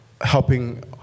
helping